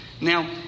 Now